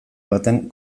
batean